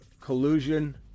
Collusion